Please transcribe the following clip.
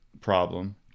problem